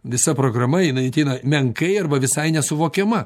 visa programa jinai ateina menkai arba visai nesuvokiama